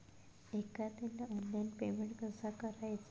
एखाद्याला online payment कसा करायचा?